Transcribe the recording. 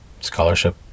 Scholarship